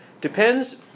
depends